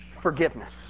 forgiveness